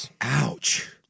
Ouch